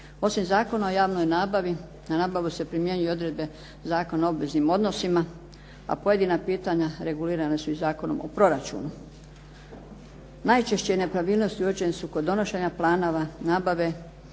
Osim Zakona o javnoj nabavi, na nabavu se primjenjuju odredbe Zakona o obveznim odnosima a pojedina pitanja regulirana su i Zakonom o proračunu. Najčešće nepravilnosti uočene su kod donošenja planova nabave